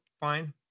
Fine